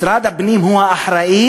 משרד הפנים הוא האחראי,